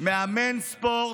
להיות מאמן ספורט,